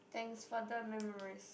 thanks for the memories